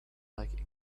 like